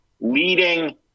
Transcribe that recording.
leading